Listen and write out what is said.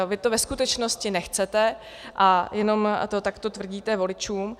Vy to ve skutečnosti nechcete a jenom to takto tvrdíte voličům.